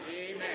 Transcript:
Amen